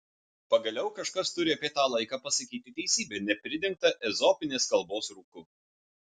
pagaliau kažkas turi apie tą laiką pasakyti teisybę nepridengtą ezopinės kalbos rūku